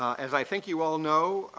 as i think you all know,